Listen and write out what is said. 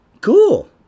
Cool